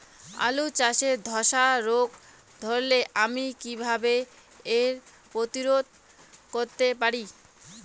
আলু চাষে ধসা রোগ ধরলে আমি কীভাবে এর প্রতিরোধ করতে পারি?